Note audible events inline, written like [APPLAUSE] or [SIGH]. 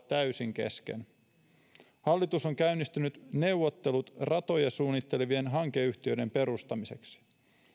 [UNINTELLIGIBLE] täysin kesken hallitus on käynnistänyt neuvottelut ratoja suunnittelevien hankeyhtiöiden perustamiseksi